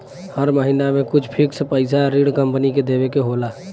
हर महिना में कुछ फिक्स पइसा ऋण कम्पनी के देवे के होला